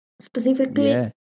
specifically